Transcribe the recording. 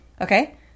okay